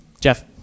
Jeff